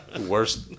Worst